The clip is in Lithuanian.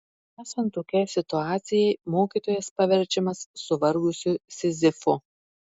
esant tokiai situacijai mokytojas paverčiamas suvargusiu sizifu